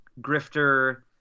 Grifter